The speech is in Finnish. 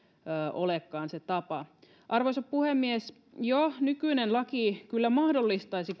olekaan se tapa arvoisa puhemies jo nykyinen laki kyllä mahdollistaisi